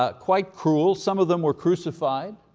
ah quite cruel. some of them were crucified.